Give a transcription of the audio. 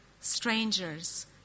strangers